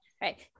right